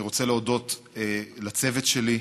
אני רוצה להודות לצוות שלי,